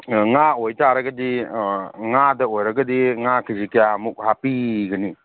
ꯉꯥ ꯑꯣꯏꯇꯥꯔꯒꯗꯤ ꯉꯥꯗ ꯑꯣꯏꯔꯒꯗꯤ ꯉꯥ ꯀꯦ ꯖꯤ ꯀꯌꯥꯃꯨꯛ ꯍꯥꯞꯄꯤꯒꯅꯤ